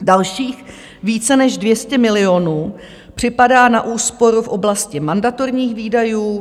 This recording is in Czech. Dalších více než 200 milionů připadá na úsporu v oblasti mandatorních výdajů.